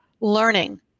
learning